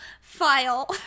file